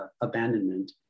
abandonment